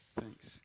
thanks